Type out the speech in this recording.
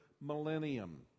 millennium